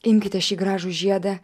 imkite šį gražų žiedą